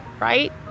right